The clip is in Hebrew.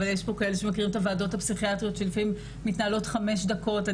אבל יש כאלה שמכירים את הוועדות הפסיכיאטריות שלפעמים מתנהלות חמש דקות.